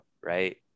right